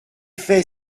fait